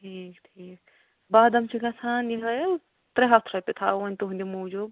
ٹھیٖک ٹھیٖک بادم چھِ گژھان یہٲے حظ ترٚےٚ ہتھ رۄپیہِ تھاوو وۄنۍ تُہنٛدِ موٗجوٗب